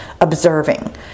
observing